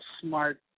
smart